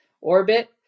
orbit